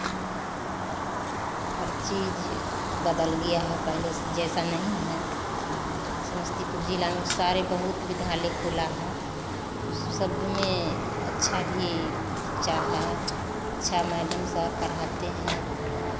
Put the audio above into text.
हर चीज़ बदल गया है पहले जैसा नहीं है समस्तीपुर जिला में सारे बहुत विद्यालय खुला है उ सब में अच्छा भी बच्चा है अच्छा मैडम सब पढ़ते हैं